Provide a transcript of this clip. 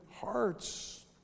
hearts